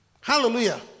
hallelujah